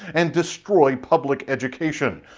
and destroy public education.